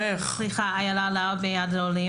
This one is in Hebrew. מיד לעולים.